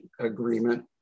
agreement